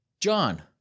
John